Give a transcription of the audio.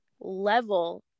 level